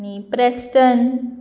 आनी प्रेस्टन